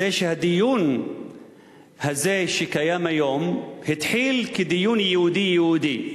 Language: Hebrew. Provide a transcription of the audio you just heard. היא שהדיון הזה שקיים היום התחיל כדיון יהודי יהודי.